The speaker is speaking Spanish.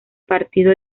partido